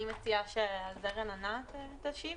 אני מציעה שעל זה רננה תשיב.